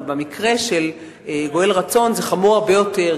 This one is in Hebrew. אבל במקרה של גואל רצון זה חמור הרבה יותר,